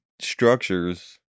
structures